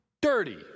Dirty